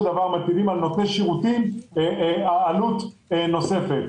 דבר מטילים על נותני שירותים עלות נוספת.